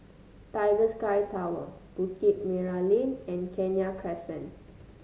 Tiger Sky Tower Bukit Merah Lane and Kenya Crescent